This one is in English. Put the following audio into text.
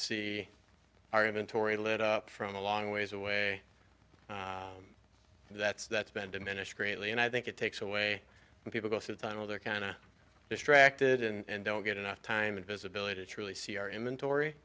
see our inventory lit up from a long ways away that's that's been diminished greatly and i think it takes away when people go through a tunnel they're kind of distracted and don't get enough time visibility truly see our inventory